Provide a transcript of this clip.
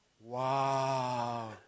Wow